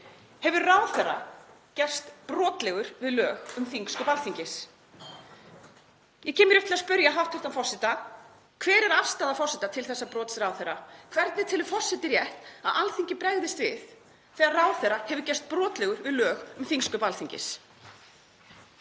hefur ráðherra gerst brotlegur við lög um þingsköp Alþingis. Ég kem hér upp til að spyrja hæstv. forseta: Hver er afstaða forseta til þessa brots ráðherra? Hvernig telur forseti rétt að Alþingi bregðist við þegar ráðherra hefur gerst brotlegur við lög um þingsköp Alþingis?